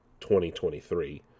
2023